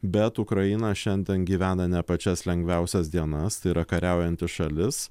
bet ukraina šiandien gyvena ne pačias lengviausias dienas tai yra kariaujanti šalis